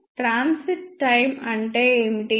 transit time అంటే ఏమిటి